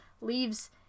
leaves